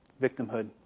victimhood